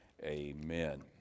Amen